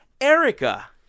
Erica